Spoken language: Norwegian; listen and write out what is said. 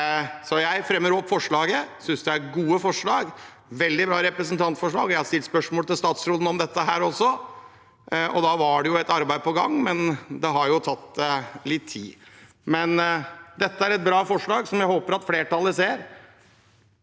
Jeg fremmer forslagene. Jeg synes det er gode forslag, veldig bra representantforslag. Jeg har stilt spørsmål til statsråden om dette også, og da var det et arbeid på gang, men det har tatt litt tid. Dette er et bra forslag, der jeg håper flertallet ser